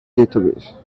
database